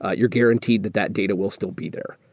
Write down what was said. ah your guaranteed that that data will still be there.